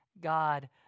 God